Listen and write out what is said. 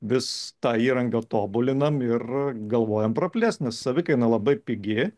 vis tą įrangą tobulinam ir galvojam praplėst nes savikaina labai pigi